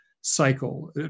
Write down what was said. cycle